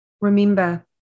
Remember